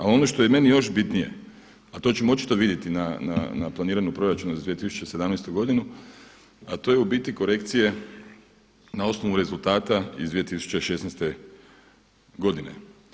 A ono što je meni još bitnije a to ćemo očito vidjeti na planiranju proračuna za 2017. godinu a to je u biti korekcije na osnovu rezultata iz 2016. godine.